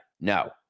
No